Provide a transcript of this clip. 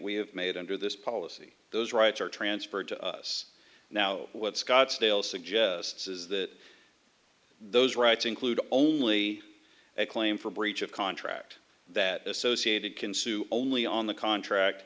have made under this policy those rights are transferred to us now what scottsdale suggests is that those rights include only a claim for breach of contract that associated can sue only on the contract